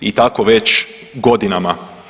I tako već godinama.